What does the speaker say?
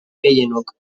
gehienok